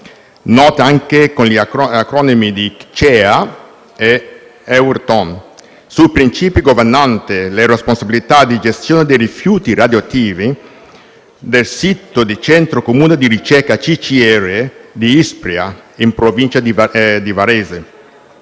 nota anche con gli acronimi di CEEA o Euratom - sui principi governanti le responsabilità di gestione dei rifiuti radioattivi del sito del Centro comune di ricerca (CCR) di Ispra, in provincia di Varese.